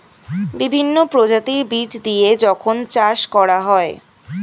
বিভিন্ন প্রজাতির বীজ দিয়ে যখন চাষ করা হয়